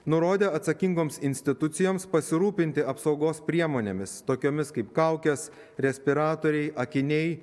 nurodė atsakingoms institucijoms pasirūpinti apsaugos priemonėmis tokiomis kaip kaukės respiratoriai akiniai